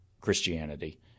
Christianity